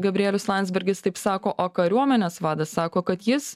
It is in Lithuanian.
gabrielius landsbergis taip sako o kariuomenės vadas sako kad jis